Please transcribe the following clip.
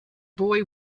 boy